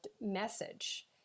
message